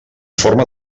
forma